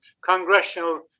congressional